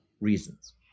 reasons